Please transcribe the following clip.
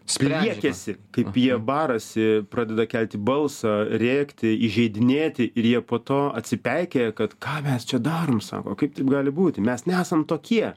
pliekiasi kaip jie barasi pradeda kelti balsą rėkti įžeidinėti ir jie po to atsipeikėja kad ką mes čia darom sako kaip taip gali būti mes nesam tokie